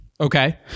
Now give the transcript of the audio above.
Okay